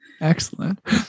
Excellent